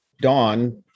Dawn